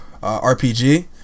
RPG